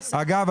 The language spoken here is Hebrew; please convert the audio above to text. אגב,